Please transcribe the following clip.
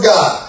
God